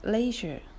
Leisure